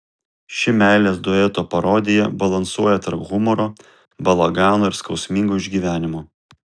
ši meilės dueto parodija balansuoja tarp humoro balagano ir skausmingo išgyvenimo